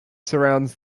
surrounds